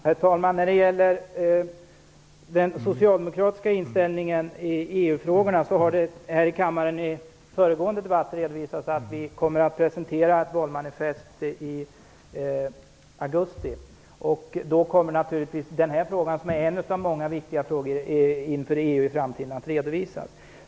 Herr talman! När det gäller den socialdemokratiska inställningen i EU-frågorna har det här i kammaren i föregående debatt redovisats att vi kommer att presentera ett valmanifest i augusti. Då kommer naturligtvis den här frågan, som är en av många viktiga frågor inför EU i framtiden, att redovisas.